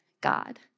God